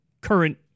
current